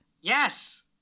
Yes